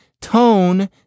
tone